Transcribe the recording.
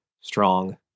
strong